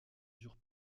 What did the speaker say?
dure